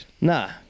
Nah